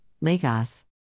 Lagos